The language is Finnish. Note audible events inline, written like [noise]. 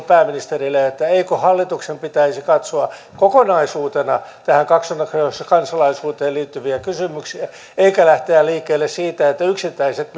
[unintelligible] pääministerille eikö hallituksen pitäisi katsoa kokonaisuutena kaksoiskansalaisuuteen liittyviä kysymyksiä eikä lähteä liikkeelle siitä että yksittäiset [unintelligible]